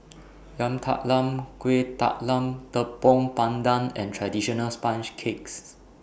Yam Talam Kuih Talam Tepong Pandan and Traditional Sponge Cakes